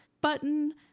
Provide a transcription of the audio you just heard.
button